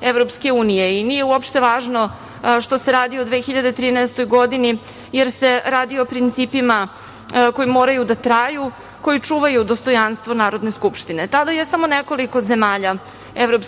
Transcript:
EU. Nije uopšte važno što se radi o 2013. godini, jer se radi o principima koji moraju da traju, koji čuvaju dostojanstvo Narodne skupštine. Tada je samo nekoliko zemalja EU